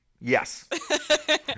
Yes